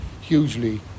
hugely